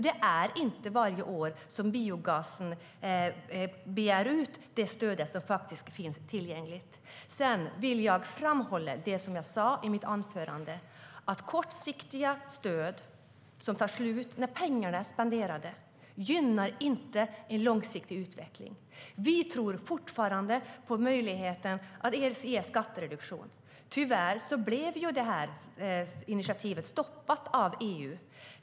Det är inte varje år som biogasbranschen begär ut det stöd som finns tillgängligt. Jag vill framhålla vad jag sa i mitt anförande, nämligen att kortsiktiga stöd som tar slut när pengarna är spenderade inte gynnar en långsiktig utveckling. Vi tror fortfarande på möjligheten att ge skattereduktion. Tyvärr blev initiativet stoppat av EU.